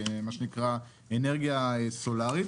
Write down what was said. מה שנקרא אנרגיה סולארית.